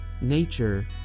Nature